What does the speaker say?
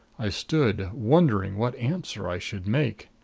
i stood wondering what answer i should make.